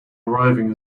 arriving